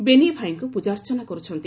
ବେନି ଭାଇଙ୍କୁ ପୂଜାର୍ଚ୍ଚନା କରିଛନ୍ତି